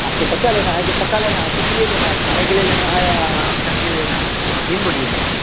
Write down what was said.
आपको कच्चा लेना है कि पक्का लेना है किस लिए लेना है खाने के लिए लेना है या आचार के लिए लेना है सो आप ही ना बोलिएगा